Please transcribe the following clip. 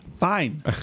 Fine